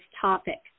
topic